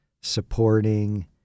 supporting